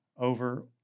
over